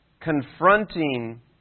confronting